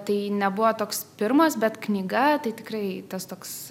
tai nebuvo toks pirmas bet knyga tai tikrai tas toks